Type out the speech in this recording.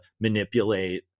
manipulate